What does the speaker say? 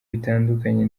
bitandukanye